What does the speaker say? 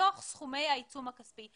מתוך סכומי העיצום הכספי.